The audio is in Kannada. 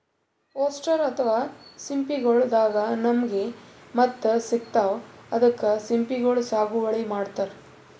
ಒಸ್ಟರ್ ಅಥವಾ ಸಿಂಪಿಗೊಳ್ ದಾಗಾ ನಮ್ಗ್ ಮುತ್ತ್ ಸಿಗ್ತಾವ್ ಅದಕ್ಕ್ ಸಿಂಪಿಗೊಳ್ ಸಾಗುವಳಿ ಮಾಡತರ್